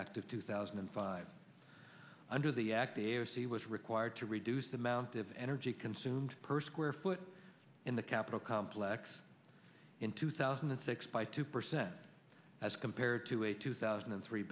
of two thousand and five under the act the air c was required to reduce the amount of energy consumed per square foot in the capitol complex in two thousand and six by two percent as compared to a two thousand and three